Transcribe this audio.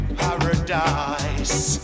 paradise